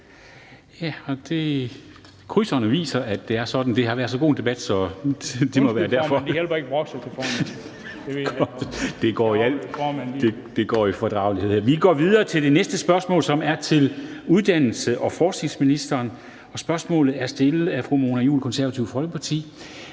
Krydserne viser, at det er sådan. Det har været så god en debat, at det må være derfor. Det går i al fordragelighed her. Vi går videre til det næste spørgsmål, som er til uddannelses- og forskningsministeren, og spørgsmålet er stillet af fru Mona Juul, Det Konservative Folkeparti.